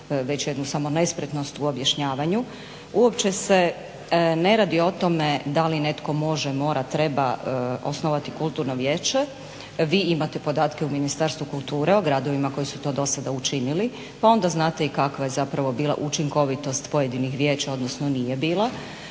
već jednu samo nespretnost u objašnjavanju. Uopće se ne radi o tome da li netko može, mora, treba osnovati kulturno vijeće. Vi imate podatke u Ministarstvu kulture o gradovima koji su to do sada učinili pa onda znate i kakva je bila učinkovitost pojedinih riječi odnosno nije bila.